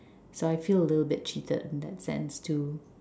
so I feel a little bit cheated in that sense too